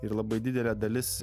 ir labai didelė dalis